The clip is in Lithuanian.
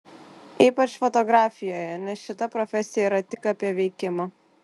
ypač fotografijoje nes šita profesija yra tik apie veikimą